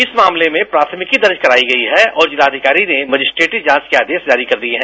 इस मामले में प्राथमिकी दर्ज कराई गई ह और जिला अधिकारी ने मजिस्ट्रेट जांच के आदेश जारी कर दिए है